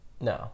No